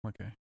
okay